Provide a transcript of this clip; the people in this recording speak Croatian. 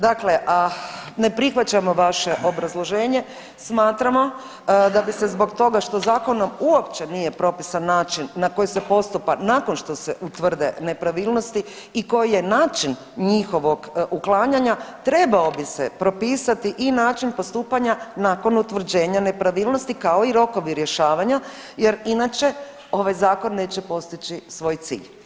Dakle, ne prihvaćamo vaše obrazloženje, smatramo da bi se zbog toga što zakonom uopće nije propisan način na koji se postupa nakon što se utvrde nepravilnosti i koji je način njihovog uklanjanja trebao bi se propisati i način postupanja nakon utvrđenja nepravilnosti kao i rokovi rješavanja jer inače ovaj zakon neće postići svoj cilj.